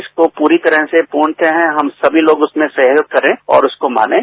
इसको पूरी तरह से पूर्णतरू हम समी लोग उसमें सहयोग करें और उसको मानें